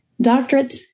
doctorate